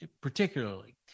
particularly